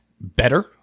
better